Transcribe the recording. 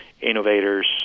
innovators